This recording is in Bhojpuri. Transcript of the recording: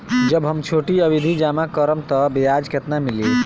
जब हम छोटी अवधि जमा करम त ब्याज केतना मिली?